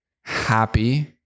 happy